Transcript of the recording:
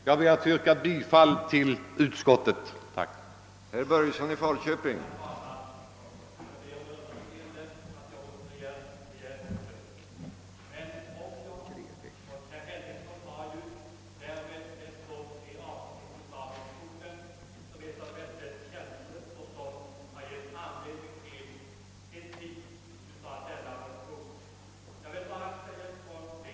Jag ber att få yrka bifall till utskottets hemställan.